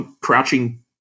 crouching